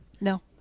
No